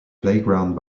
playground